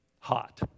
hot